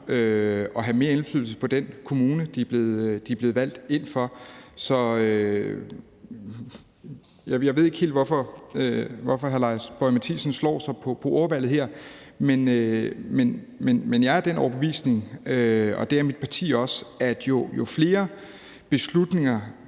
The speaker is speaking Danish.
at have mere indflydelse på den kommune, de er blevet valgt i. Jeg ved ikke helt, hvorfor hr. Lars Boje Mathiesen slår sig på ordvalget her, men jeg er af den overbevisning, og det er mit parti også, at jo flere beslutninger